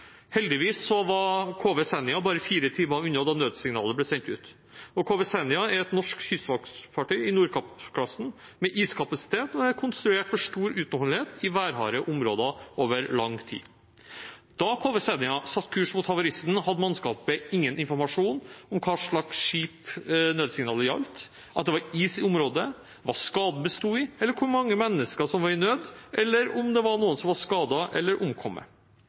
Heldigvis var KV «Senja» bare fire timer unna da nødsignalet ble sendt ut. KV «Senja» er et norsk kystvaktfartøy i Nordkapp-klassen, med iskapasitet og konstruert for stor utholdenhet i værharde områder over lang tid. Da KV «Senja» satte kurs mot havaristen, hadde mannskapet ingen informasjon om hva slags skip nødsignalet gjaldt, at det var is i området, hva skaden besto i, hvor mange mennesker som var i nød, eller om det var noen som var skadet eller omkommet.